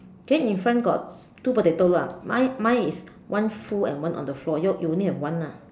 then in front got two potato lah mine mine is one full and one on the floor your you only have one lah